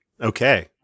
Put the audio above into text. Okay